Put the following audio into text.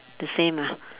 the same ah